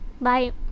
bye